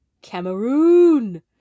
Cameroon